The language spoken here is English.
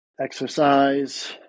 exercise